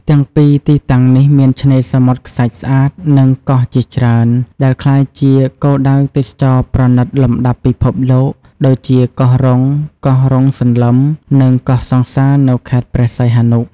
ទាំងពីរទីតាំងនេះមានឆ្នេរសមុទ្រខ្សាច់ស្អាត និងកោះជាច្រើន ដែលក្លាយជាគោលដៅទេសចរណ៍ប្រណិតលំដាប់ពិភពលោក ដូចជា កោះរ៉ុង កោះរ៉ុងសន្លឹម និង កោះសង្សារនៅខេត្តព្រះសីហនុ។